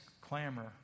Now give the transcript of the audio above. clamor